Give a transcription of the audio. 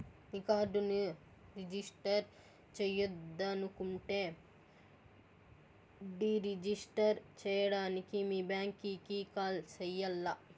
మీ కార్డుని రిజిస్టర్ చెయ్యొద్దనుకుంటే deregister సేయడానికి మీ బ్యాంకీకి కాల్ సెయ్యాల్ల